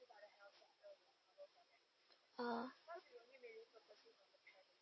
orh